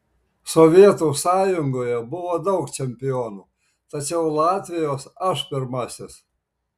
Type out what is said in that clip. sovietų sąjungoje buvo daug čempionų tačiau latvijos aš pirmasis